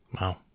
Wow